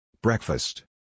Breakfast